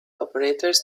operators